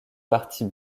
partie